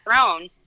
throne